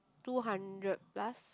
two hundred plus